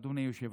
אדוני היושב-ראש,